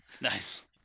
Nice